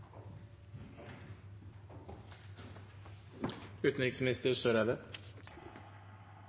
utenriksminister,